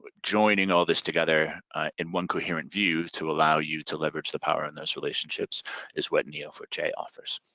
but joining all this together in one coherent view to allow you to leverage the power in those relationships is what n e o four j offers.